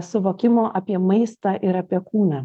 suvokimo apie maistą ir apie kūną